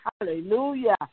Hallelujah